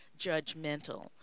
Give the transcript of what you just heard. judgmental